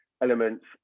elements